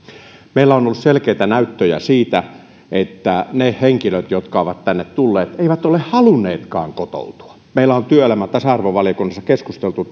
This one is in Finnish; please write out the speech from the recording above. meillä on ollut selkeitä näyttöjä siitä että ne henkilöt jotka ovat tänne tulleet eivät ole halunneetkaan kotoutua meillä on työelämä ja tasa arvovaliokunnassa keskusteltu